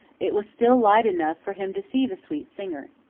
it was still light enough for him to see the sweet singer.